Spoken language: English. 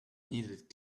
needed